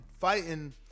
fighting